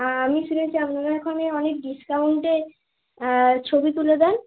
আমি শুনেছি আপনার ওখানে অনেক ডিসকাউন্টে ছবি তুলে দেন